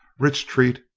rich treat,